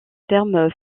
termes